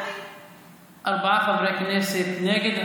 ארבעה חברי כנסת נגד.